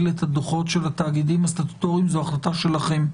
את הדוחות של התאגידים הסטטוטוריים זו החלטה שלכם.